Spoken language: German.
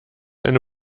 eine